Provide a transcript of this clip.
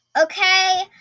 Okay